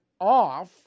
off